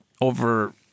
over